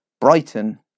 Brighton